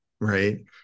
right